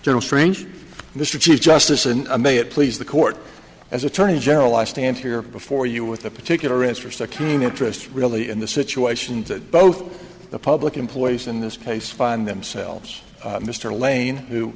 counsel strange mr chief justice in a may it please the court as attorney general i stand here before you with a particular risk for so keen interest really in the situation that both the public employees in this place find themselves mr lane who